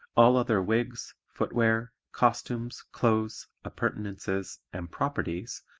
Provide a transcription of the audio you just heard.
all other wigs, footwear, costumes, clothes, appurtenances and properties,